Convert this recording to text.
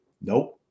Nope